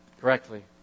correctly